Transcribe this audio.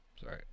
Sorry